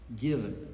given